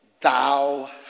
Thou